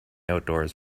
outdoors